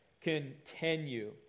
continue